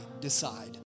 decide